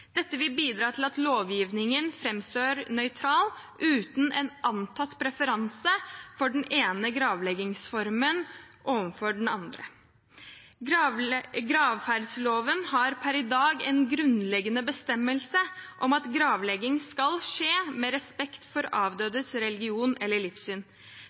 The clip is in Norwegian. Dette vil bidra til at lovgivningen framstår nøytral, uten en antatt preferanse for den ene gravleggingsformen overfor den andre. Gravferdsloven har per i dag en grunnleggende bestemmelse om at gravlegging skal skje i respekt for avdødes religion eller livssyn.